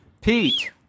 pete